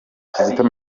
kizito